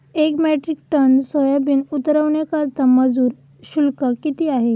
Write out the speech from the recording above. एक metric ton soybean उतरवण्याकरता मजूर शुल्क किती आहे?